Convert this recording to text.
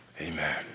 amen